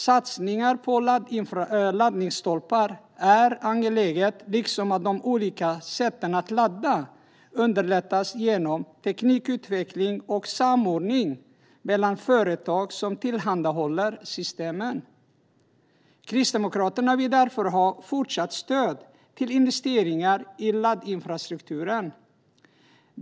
Satsningar på laddstolpar är angeläget, liksom att de olika sätten att ladda underlättas genom teknikutveckling och samordning mellan företag som tillhandahåller systemen. Kristdemokraterna vill därför ha fortsatt stöd till investeringar i laddinfrastruktur.